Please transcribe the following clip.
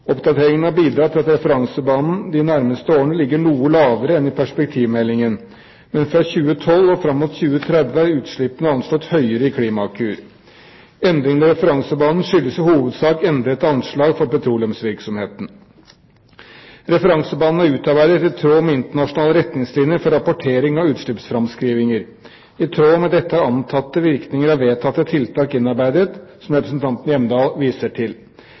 har bidratt til at referansebanen de nærmeste årene ligger noe lavere enn i Perspektivmeldingen, men fra 2012 og fram mot 2030 er utslippene anslått høyere i Klimakur. Endringene i referansebanen skyldes i hovedsak endrede anslag for petroleumsvirksomheten. Referansebanen er utarbeidet i tråd med internasjonale retningslinjer for rapportering av utslippsframskrivinger. I tråd med dette er antatte virkninger av vedtatte tiltak innarbeidet, som representanten Hjemdal viser til.